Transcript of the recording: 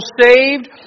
saved